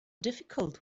difficult